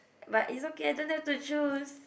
but is okay I don't dare to choose